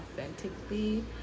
authentically